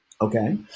Okay